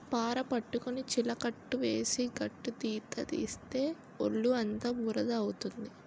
పార పట్టుకొని చిలకట్టు వేసి గట్టుతీత తీస్తే ఒళ్ళుఅంతా బురద అవుతుంది